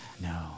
No